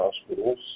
hospitals